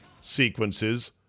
sequences